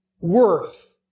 worth